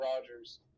Rogers